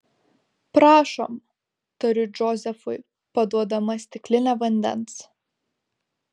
prašom tariu džozefui paduodama stiklinę vandens